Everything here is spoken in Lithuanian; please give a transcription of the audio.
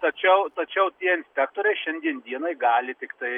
tačiau tačiau tie inspektoriai šiandien dienai gali tiktai